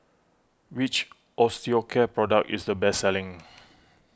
which Osteocare product is the best selling